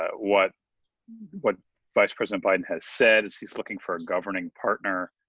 ah what what vice president biden has said is he's looking for a governing partner.